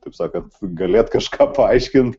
taip sakant galėt kažką paaiškint